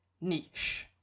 niche